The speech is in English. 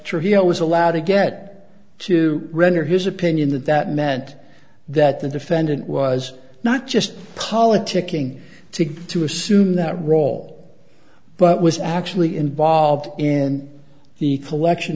trujillo was allowed to get to render his opinion that that meant that the defendant was not just politicking to get to assume that role but was actually involved in the collection